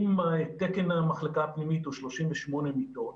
אם תקן במחלקה הפנימית הוא 38 מיטות,